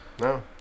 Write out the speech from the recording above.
No